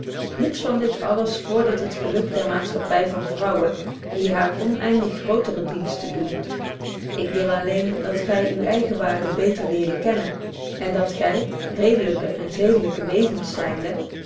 niets van dit alles vordert het geluk der maatschappy van vrouwen die haar oneindig grootere diensten doen ik wilde alleen dat gy uw eigen waarde beter leerde kennen en dat gy redelyke en zedelyke wezens zynde